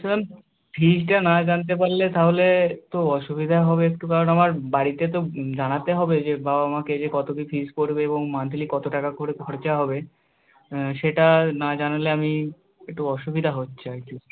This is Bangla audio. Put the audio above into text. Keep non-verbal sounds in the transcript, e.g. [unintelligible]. [unintelligible] ফিজটা না জানতে পারলে তাহলে তো অসুবিধা হবে একটু কারণ আমার বাড়িতে তো জানাতে হবে যে বাবা মাকে যে কত কী ফিজ পড়বে এবং মান্থলি কত টাকা করে খরচা হবে সেটা না জানালে আমি একটু অসুবিধা হচ্ছে আর কি